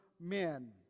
men